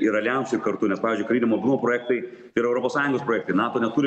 ir aljansui kartu nes pavyzdžiui karinio mobilumo projektai yra europos sąjungos projektai nato neturi